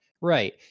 Right